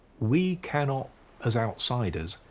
we cannot as outsiders,